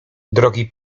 drogi